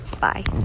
Bye